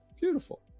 Beautiful